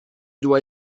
dois